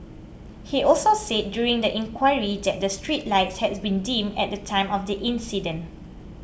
he also said during the inquiry that the street lights has been dim at the time of the accident